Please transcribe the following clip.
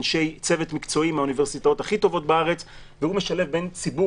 אנשי צוות מקצועי מהאוניברסיטאות הכי טובות בארץ והוא משלב בין ציבור